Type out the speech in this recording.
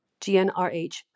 GNRH